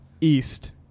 East